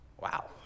Wow